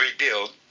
rebuild